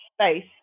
space